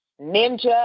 Ninja